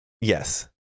Yes